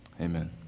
Amen